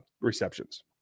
receptions